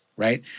right